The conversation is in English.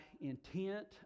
intent